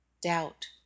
doubt